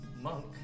monk